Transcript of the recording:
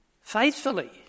faithfully